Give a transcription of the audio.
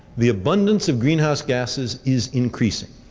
the abundance of greenhouse gases is increasing.